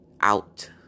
out